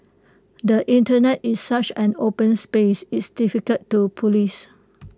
the Internet is such an open space it's difficult to Police